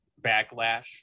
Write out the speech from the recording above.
backlash